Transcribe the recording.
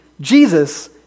Jesus